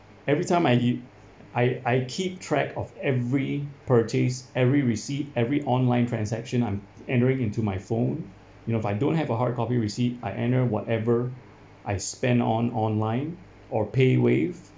every time I eat I I keep track of every purchase every receipt every online transaction I'm entering into my phone you know if I don't have a hard copy receipt I enter whatever I spend on online or payWave